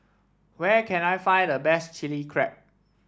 where can I find the best Chili Crab